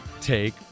take